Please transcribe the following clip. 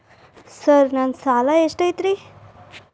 Sir ನನ್ನ ಸಾಲಾ ಎಷ್ಟು ಐತ್ರಿ?